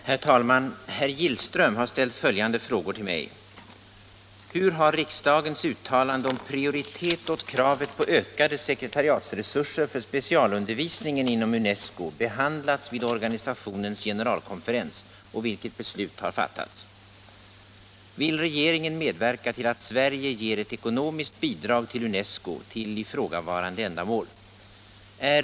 Herr talman! Herr Gillström har ställt följande frågor till mig: 1. Hur har riksdagens uttalande om prioritet åt kravet på ökade sekretariatsresurser för specialundervisning inom UNESCO behandlats vid organisationens generalkonferens och vilket beslut har fattats? Nr 135 2. Vill regeringen medverka till att Sverige ger ett ekonomiskt bidrag Onsdagen den till UNESCO till ifrågavarande ändamål? 18 maj 1977 3.